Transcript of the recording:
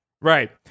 Right